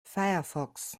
firefox